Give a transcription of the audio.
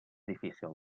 difícil